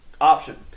option